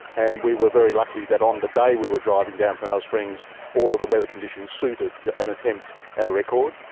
and we were very lucky that on the day we were driving down from alice springs all of the weather conditions suited an attempt at a record.